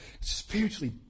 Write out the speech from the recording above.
spiritually